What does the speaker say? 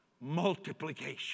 multiplication